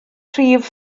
rhif